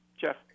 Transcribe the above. Jeff